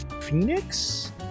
Phoenix